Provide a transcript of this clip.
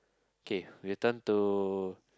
K return to